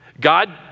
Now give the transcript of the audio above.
God